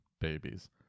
babies